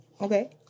okay